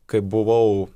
kai buvau